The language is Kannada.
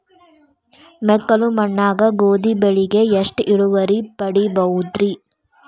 ಮೆಕ್ಕಲು ಮಣ್ಣಾಗ ಗೋಧಿ ಬೆಳಿಗೆ ಎಷ್ಟ ಇಳುವರಿ ಪಡಿಬಹುದ್ರಿ?